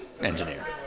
engineer